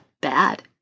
bad